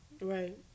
right